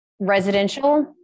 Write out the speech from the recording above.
residential